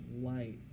light